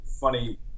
funny